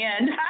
end